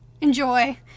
enjoy